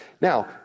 Now